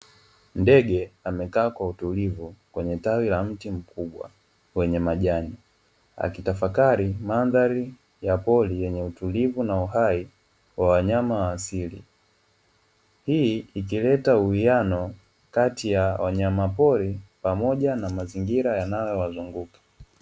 Ndege amekaa kwa utulivu kwenye tawi la mti mkubwa kwenye majani, Akitafakari mandhari ya pori yenye utulivu na uhai wa wanyama wa asili, Hii ikileta uwiano Kati ya wanyama pori pamoja na mazingira yanayowazunguka.